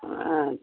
हँ